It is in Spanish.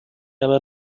haber